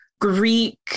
greek